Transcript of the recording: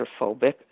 claustrophobic